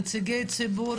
נציגי ציבור,